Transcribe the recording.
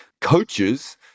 Coaches